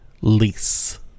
lease